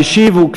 המשיב הוא,